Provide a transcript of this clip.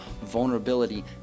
vulnerability